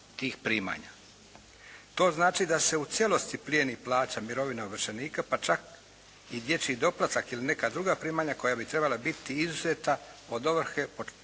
To znači da se u cijelosti plijeni plaća, mirovina ovršenika, pa čak i dječji doplatak ili neka druga primanja koja bi trebala biti izuzeta od ovrhe po članku